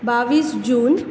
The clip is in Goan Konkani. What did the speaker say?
बावीस जून